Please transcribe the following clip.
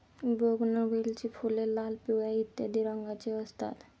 बोगनवेलीची फुले लाल, पिवळ्या इत्यादी रंगांची असतात